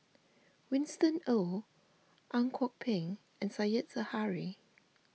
Winston Oh Ang Kok Peng and Said Zahari